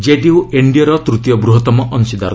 କେଡିୟୁ ଏନ୍ଡିଏର ତୂତୀୟ ବୃହତ୍ତମ ଅଂଶୀଦାର